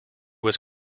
was